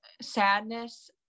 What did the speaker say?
sadness